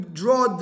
draw